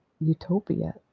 utopia